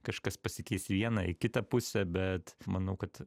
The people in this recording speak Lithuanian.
kažkas pasikeis į vieną į kitą pusę bet manau kad